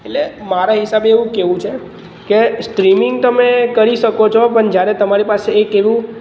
એટલે મારા હિસાબે એવું કહેવું છે કે સ્ટ્રીમિંગ તમે કરી શકો છો પણ જ્યારે તમારી પાસે એક એવું